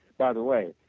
by the way,